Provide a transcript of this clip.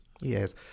Yes